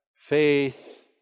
faith